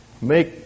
make